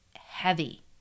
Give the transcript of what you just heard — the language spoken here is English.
heavy